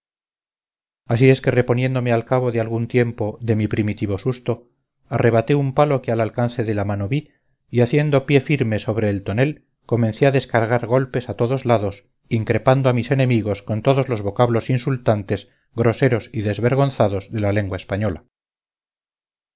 así es que reponiéndome al cabo de algún tiempo de mi primitivo susto arrebaté un palo que al alcance de la mano vi y haciendo pie firme sobre el tonel comencé a descargar golpes a todos lados increpando a mis enemigos con todos los vocablos insultantes groseros y desvergonzados de la lengua española